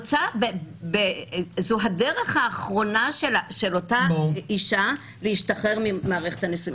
זו הדרך האחרונה של אותה אישה להשתחרר ממערכת הנישואין.